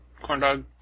corndog